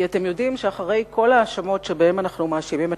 כי אתם יודעים שאחרי כל ההאשמות שבהן אנחנו מאשימים את